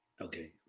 Okay